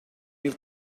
mil